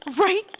right